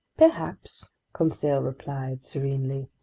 perhaps conseil replied serenely.